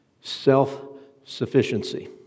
self-sufficiency